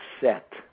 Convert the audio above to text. set